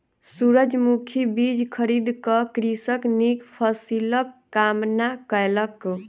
सूरजमुखी बीज खरीद क कृषक नीक फसिलक कामना कयलक